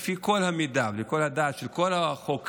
לפי כל המידע וכל חוות הדעת של כל החוקרים,